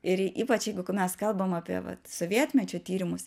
ir ypač jeigu mes kalbam apie vat sovietmečio tyrimus